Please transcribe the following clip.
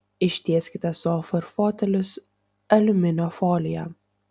ištieskite sofą ir fotelius aliuminio folija